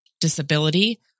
disability